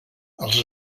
els